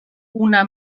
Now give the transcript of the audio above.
una